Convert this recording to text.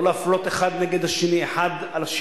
טלב אלסאנע.